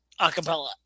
acapella